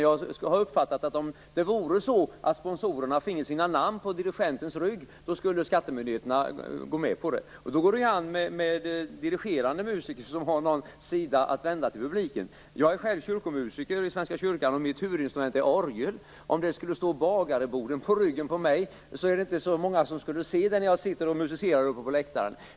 Jag har uppfattat att om sponsorerna fick sina namn på exempelvis dirigentens rygg skulle skattemyndigheterna godkänna det. Det går ju an med dirigerande musiker som har någon sida att vända mot publiken. Jag är kyrkomusiker i svenska kyrkan, och mitt huvudinstrument är orgel. Om det skulle stå Bagareboden på ryggen på mig skulle inte många se det när jag sitter och musicerar på läktaren.